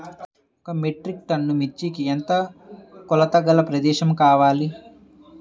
ఒక metric ton మిర్చికి ఎంత కొలతగల ప్రదేశము కావాలీ?